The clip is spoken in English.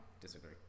disagree